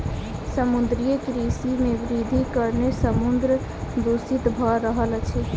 समुद्रीय कृषि मे वृद्धिक कारणेँ समुद्र दूषित भ रहल अछि